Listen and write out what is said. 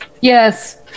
Yes